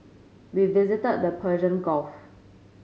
we visited the Persian Gulf